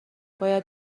باید